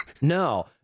No